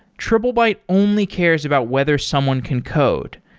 triplebyte only cares about whether someone can code.